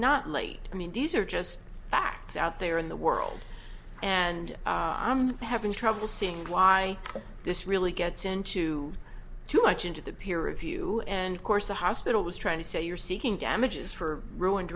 not late i mean these are just facts out there in the world and i'm having trouble seeing why this really gets into too much into the peer review and course the hospital was trying to say you're seeking damages for ruined